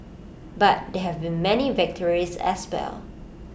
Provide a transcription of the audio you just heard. but there have been many victories as well